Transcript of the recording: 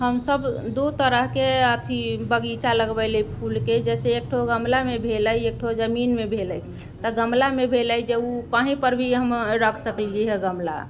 हमसब दू तरहके अथी बगीचा लगबैली फूलके जैसे एकठो गमलामे भेलै एकठो जमीनमे भेलै तऽ गमलामे भेलै जे उ कहींपर भी हम रख सकलियै हऽ गमला